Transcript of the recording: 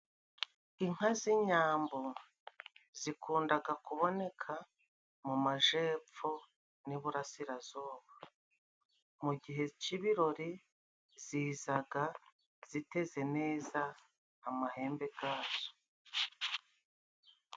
Inka z'inyambo zikundaga kuboneka mu majepfo n'iburasirazuba; mu gihe c'ibirori zizaga ziteze neza amahembe gazo.